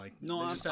No